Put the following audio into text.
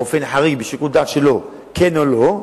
בשיקול הדעת שלו, כן או לא,